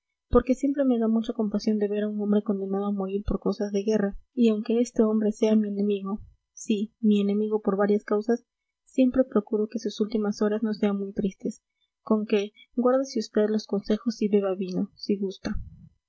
porque siempre me da mucha compasión de ver a un hombre condenado a morir por cosas de guerra y aunque este hombre sea mi enemigo sí mi enemigo por varias causas siempre procuro que sus últimas horas no sean muy tristes conque guárdese vd los consejos y beba vino si gusta